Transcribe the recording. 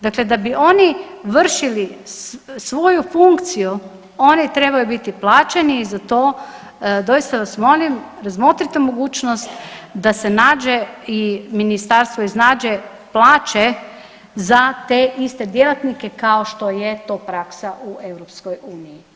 Dakle, da bi oni vršili svoju funkciju oni trebaju biti plaćeni i za to, doista vas molim razmotrite mogućnost da se nađe i ministarstvo iznađe plaće za te iste djelatnike kao što je to praksa u EU.